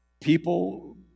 people